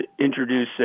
introduce